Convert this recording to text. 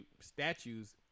statues